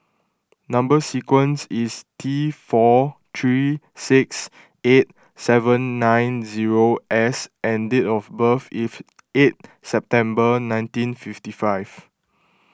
Number Sequence is T four three six eight seven nine zero S and date of birth is eight September nineteen fifty five